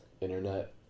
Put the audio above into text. internet